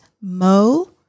Mo